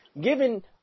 given